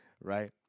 right